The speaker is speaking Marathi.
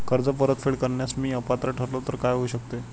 कर्ज परतफेड करण्यास मी अपात्र ठरलो तर काय होऊ शकते?